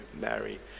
Mary